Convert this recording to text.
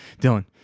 dylan